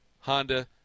Honda